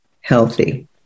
healthy